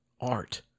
art